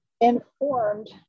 informed